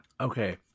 Okay